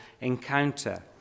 encounter